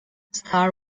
star